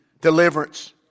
deliverance